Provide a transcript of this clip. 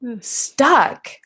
stuck